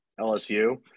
LSU